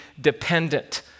dependent